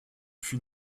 fut